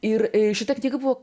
ir šita knyga buvo